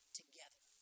together